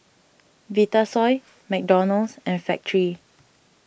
Vitasoy McDonald's and Factorie